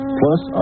plus